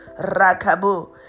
Rakabu